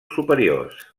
superiors